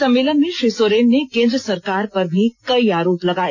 सम्मलेन में श्री सोरेन ने केंद्र सरकार पर भी कई आरोप लगाए